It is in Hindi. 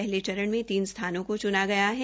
पहले चरण में तीन स्थानों को च्ना गया है